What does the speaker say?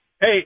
Hey